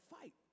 fight